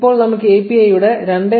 ഇപ്പോൾ നമുക്ക് API യുടെ 2